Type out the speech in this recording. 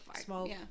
smoke